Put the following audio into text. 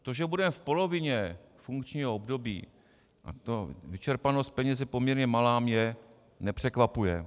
To, že budeme v polovině funkčního období a ta je vyčerpanost peněz poměrně malá, mě nepřekvapuje.